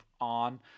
on